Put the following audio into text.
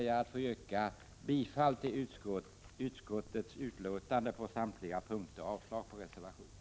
Jag yrkar bifall till utskottets hemställan på samtliga punkter samt avslag på reservationerna.